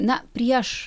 na prieš